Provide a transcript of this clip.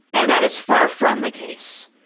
and that is far from the case.